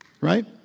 Right